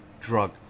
drug